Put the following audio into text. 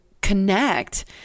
connect